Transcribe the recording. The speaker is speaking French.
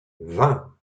vingt